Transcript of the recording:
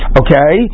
okay